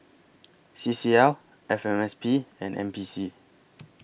C C L F M S P and N P C